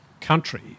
country –